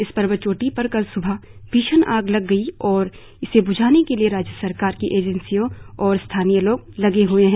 इस पर्वतचोटी पर कल स्बह भीषण आग लग गई और इसे ब्झाने के लिए राज्य सरकार की एजेंसियों और स्थानीय लोग लगे हए है